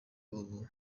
ubu